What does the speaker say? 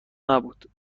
نبود